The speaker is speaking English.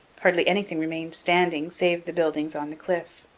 hardly anything remained standing save the buildings on the cliff.